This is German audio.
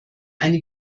eine